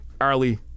Arlie